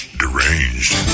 deranged